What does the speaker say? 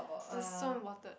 is so important